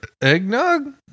Eggnog